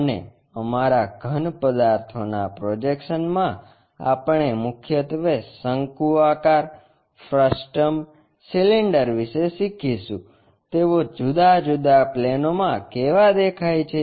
અને અમારા ઘન પદાર્થોના પ્રોજેક્શનમાં આપણે મુખ્યત્વે શંકુ આકાર ફ્રસ્ટમ સિલિન્ડર વિશે શીખીશું તેઓ જુદા જુદા પ્લેનોમાં કેવા દેખાય છે